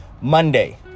Monday